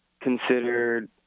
considered